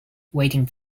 waiting